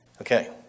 Okay